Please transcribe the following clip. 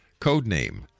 Codename